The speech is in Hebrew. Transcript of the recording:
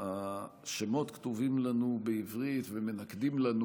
השמות כתובים לנו בעברית ומנקדים לנו,